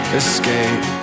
escape